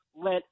let